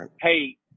hey